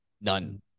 None